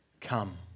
Come